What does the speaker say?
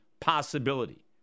possibility